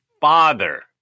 father